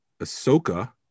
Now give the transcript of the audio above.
Ahsoka